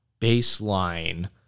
baseline